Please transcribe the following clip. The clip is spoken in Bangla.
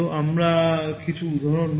আমরা কিছু উদাহরণ নেব